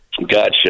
gotcha